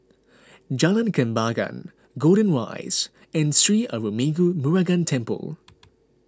Jalan Kembangan Golden Rise and Sri Arulmigu Murugan Temple